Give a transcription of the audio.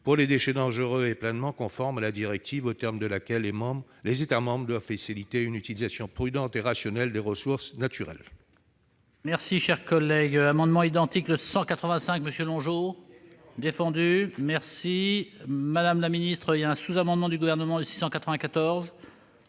pour les déchets non dangereux est pleinement conforme à la directive, aux termes de laquelle les États membres doivent faciliter une « utilisation prudente et rationnelle des ressources naturelles